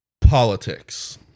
politics